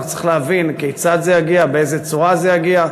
צריך להבין כיצד זה יגיע, באיזה צורה זה יגיע,